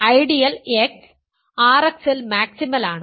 ideal X R X ൽ maximal ആണ്